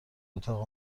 اتاق